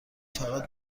فقط